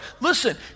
Listen